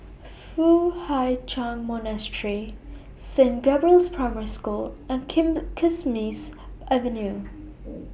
Foo Hai Ch'An Monastery Saint Gabriel's Primary School and Kismis Avenue